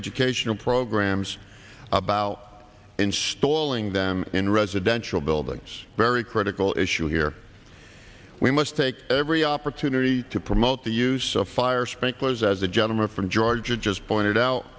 educational programs about installing them in residential buildings very critical issue here we must take every opportunity to promote the use of fire sprinklers as the gentleman from georgia just pointed out